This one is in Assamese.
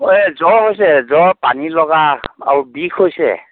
এই জ্বৰ হৈছে জ্বৰ পানী লগা আৰু বিষ হৈছে